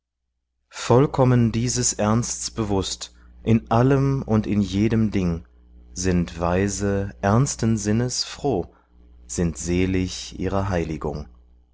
vollkommen dieses ernsts bewußt in allem und in jedem ding sind weise ernsten sinnes froh sind selig ihrer heiligung